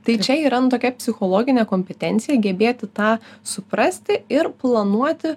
tai čia yra nu tokia psichologinė kompetencija gebėti tą suprasti ir planuoti